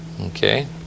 Okay